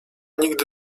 nigdy